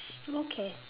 okay